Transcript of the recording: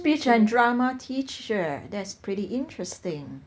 speech and drama teacher that's pretty interesting